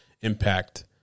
impact